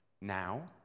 now